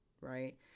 Right